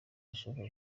yashaka